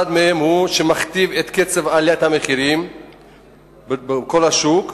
אחד מהם הוא שמכתיב את קצב עליית המחירים בכל השוק,